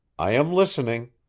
i am listening,